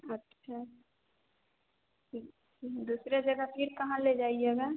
अच्छा दूसरे जगह फिर कहाँ ले जाइएगा